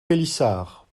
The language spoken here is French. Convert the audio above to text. pélissard